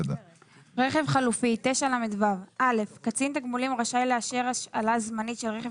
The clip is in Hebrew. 9לורכב חלופי קצין תגמולים רשאי לאשר השאלה זמנית של רכב